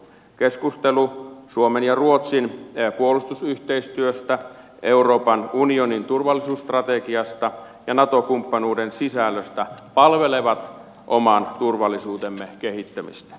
keskustelu suomen ja ruotsin puolustusyhteistyöstä euroopan unionin turvallisuusstrategiasta ja nato kumppanuuden sisällöstä palvelee oman turvallisuutemme kehittämistä